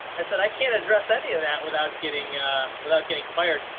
i said, i can't address any of that without getting without getting fired.